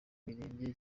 mirenge